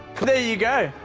there you go.